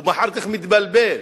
הוא אחר כך מתבלבל.